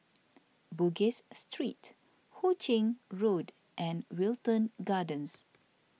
Bugis Street Hu Ching Road and Wilton Gardens